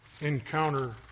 encounter